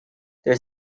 there